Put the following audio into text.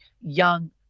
young